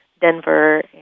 Denver